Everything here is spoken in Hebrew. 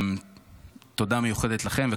תודה מיוחדת לכם.